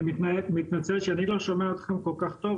אני מתנצל שאני לא שומע אתכם כל כך טוב,